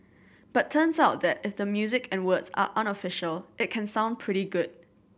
but turns out that if the music and words are unofficial it can sound pretty good